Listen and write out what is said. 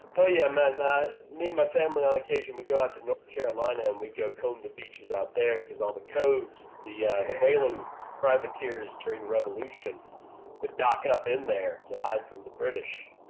oh yeah, man me and my family on occasion we've got to know carolina, and we go comb the beaches out there cuz all the coves the whaling privateer is during revolution but docking up in there to hide from the british